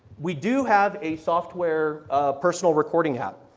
we do have a software personal recording app.